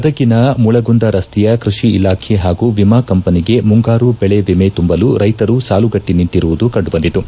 ಗದಗಿನ ಮುಳಗುಂದ ರಸ್ತೆಯ ಕೃಷಿ ಇಲಾಖೆ ಹಾಗೂ ವಿಮಾ ಕಂಪನಿಗೆ ಮುಂಗಾರು ದೆಳೆವಿಮೆ ತುಂಬಲು ರೈತರು ಸಾಲುಗಟ್ಟ ನಿಂತಿರುವುದು ಕಂಡುಬಂದಿತು